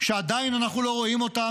שעדיין אנחנו לא רואים אותם,